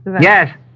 Yes